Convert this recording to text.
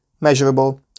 Measurable